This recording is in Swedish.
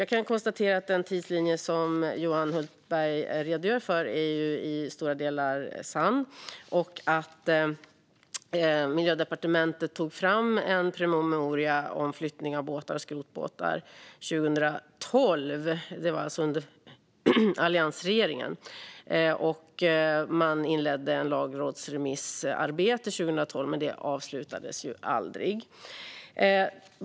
Jag kan konstatera att den tidslinje som Johan Hultberg redogör för i stora delar är sann och att Miljödepartementet tog fram en promemoria om flyttning av båtar och skrotbåtar 2012. Det var alltså under alliansregeringen. Man inledde ett lagrådsremissarbete 2012, men det avslutades aldrig.